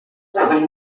kagame